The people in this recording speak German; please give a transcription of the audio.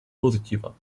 positiver